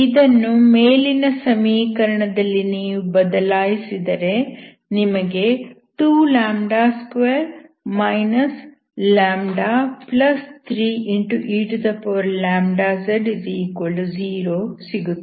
ಇದನ್ನು ಮೇಲಿನ ಸಮೀಕರಣದಲ್ಲಿ ನೀವು ಬದಲಾಯಿಸಿದರೆ ನಿಮಗೆ 22 λ3eλz0 ಸಿಗುತ್ತದೆ